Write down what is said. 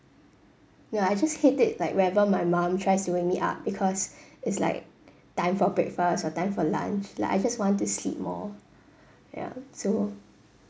no I just hate it like whenever my mum tries to wake me up because it's like time for breakfast or time for lunch like I just want to sleep more ya so